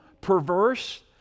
perverse